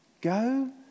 Go